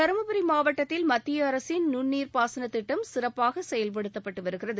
தருமபுரி மாவட்டத்தில் மத்திய அரசின் நுண்ணீர் பாசனத் திட்டம் சிறப்பாக செயல்படுத்தப்பட்டு வருகிறது